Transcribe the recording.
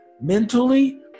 mentally